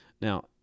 now